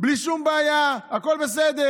בלי שום בעיה, הכול בסדר.